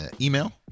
email